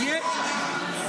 --- טוב,